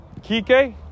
Kike